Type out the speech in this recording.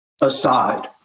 aside